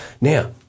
Now